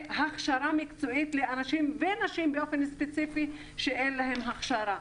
והכשרה מקצועית לאנשים ולנשים באופן ספציפי שאין להם הכשרה.